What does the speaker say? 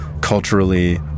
culturally